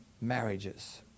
marriages